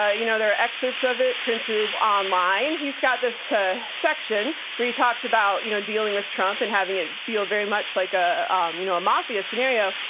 ah you know, there are excerpts of it printed online. he's got this ah section where he talks about you know dealing with trump and having it feel very much like a um you know mafia scenario.